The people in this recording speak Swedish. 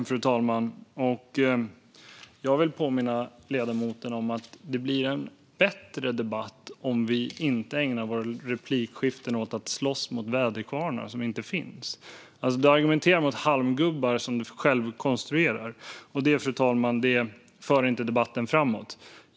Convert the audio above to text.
Fru talman! Jag vill påminna ledamoten om att det blir en bättre debatt om vi inte ägnar våra replikskiften åt att slåss mot väderkvarnar som inte finns. Du argumenterar mot halmgubbar som du själv konstruerar, och det för inte debatten framåt.